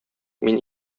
мин